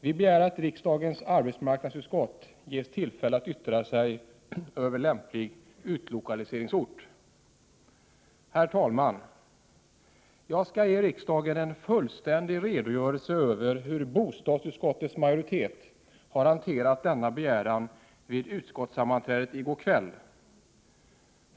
Vi begär att riksdagens arbetsmarknadsutskott ges tillfälle att yttra sig över lämplig utlokaliseringsort. Herr talman! Jag skall ge riksdagen en fullständig redogörelse över hur bostadsutskottets majoritet har hanterat denna begäran vid utskottssammanträdet i går kväll.